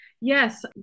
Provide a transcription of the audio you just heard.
yes